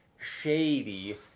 shady